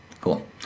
cool